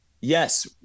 Yes